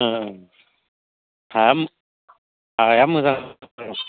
हाया मोजां जानांगोन